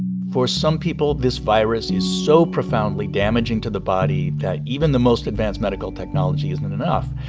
for some people, this virus is so profoundly damaging to the body that even the most advanced medical technology isn't enough.